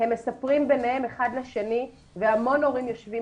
הם מספרים ביניהם אחד לשני והמון הורים ישובים